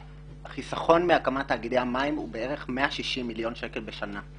החיסכון מהקמת תאגידי המים הוא בערך 160 מיליון שקלים בשנה.